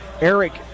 Eric